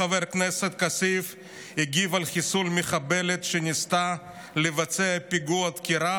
חבר הכנסת כסיף הגיב על חיסול מחבלת שניסתה לבצע פיגוע דקירה